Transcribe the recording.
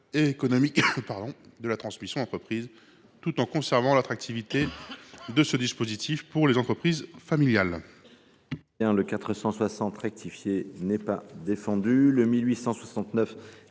et économique de la transmission d’entreprise tout en conservant l’attractivité de ce dispositif pour les entreprises familiales.